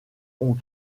ont